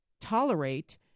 tolerate